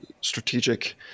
strategic